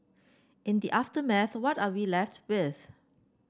in the aftermath what are we left with